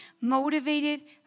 motivated